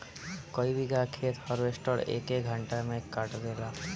कई बिगहा खेत हार्वेस्टर एके घंटा में काट देला